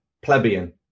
plebeian